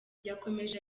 yakomeje